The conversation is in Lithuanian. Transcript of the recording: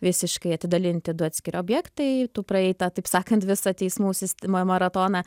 visiškai atidalinti du atskiri objektai tų praėjai tą taip sakant visą teismų sis ma maratoną